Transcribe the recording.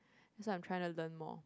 that's why I'm trying learn more